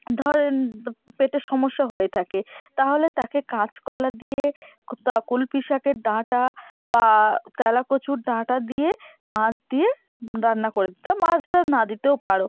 ধরেন পেটের সমস্যা হয়ে থাকে তাহলে তাকে কাঁচকলা দিয়ে তা কলমি শাকের ডাঁটা বা ত্যালা কচুর ডাঁটা দিয়ে মাছ দিয়ে রান্না করে দিতাম মাছটা না দিতেও পারো